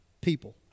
people